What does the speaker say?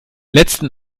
letzten